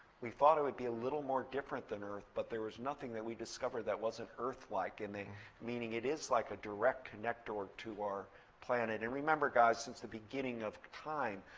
we thought it would be a little more different than earth, but there was nothing that we discovered that wasn't earth-like, and meaning it is like a direct connector to our planet. and remember guys, since the beginning of time,